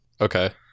Okay